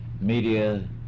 media